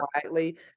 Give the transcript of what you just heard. quietly